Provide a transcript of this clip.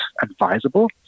advisable